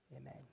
Amen